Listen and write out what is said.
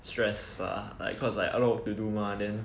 stress lah like cause like a lot to do mah then